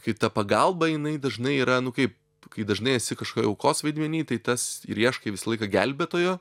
kai ta pagalba jinai dažnai yra nu kaip kai dažnai esi kažkioj aukos vaidmeny tai tas ir ieškai visą laiką gelbėtojo